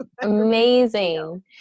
Amazing